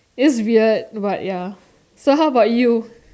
it's weird but ya so how about you